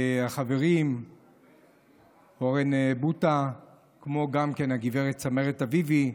החברים אורן בוטא כמו גם כן הגב' צמרת אביבי,